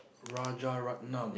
Rajaratnam